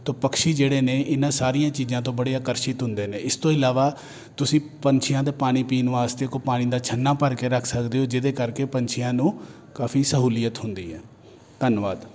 ਤੋ ਪਕਸ਼ੀ ਜਿਹੜੇ ਨੇ ਇਹਨਾਂ ਸਾਰੀਆਂ ਚੀਜ਼ਾਂ ਤੋਂ ਬੜੇ ਆਕਰਸ਼ਿਤ ਹੁੰਦੇ ਨੇ ਇਸ ਤੋਂ ਇਲਾਵਾ ਤੁਸੀਂ ਪੰਛੀਆਂ ਦੇ ਪਾਣੀ ਪੀਣ ਵਾਸਤੇ ਕੋਈ ਪਾਣੀ ਦਾ ਛੰਨਾ ਭਰ ਕੇ ਰੱਖ ਸਕਦੇ ਹੋ ਜਿਹਦੇ ਕਰਕੇ ਪੰਛੀਆਂ ਨੂੰ ਕਾਫ਼ੀ ਸਹੂਲੀਅਤ ਹੁੰਦੀ ਹੈ ਧੰਨਵਾਦ